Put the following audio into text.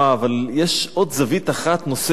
אבל יש עוד זווית אחת נוספת